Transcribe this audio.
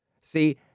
See